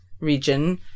region